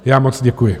Já moc děkuji.